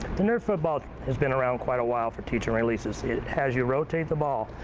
the nerf football has been around quite a while for teaching releases. it has you rotate the ball.